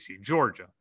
Georgia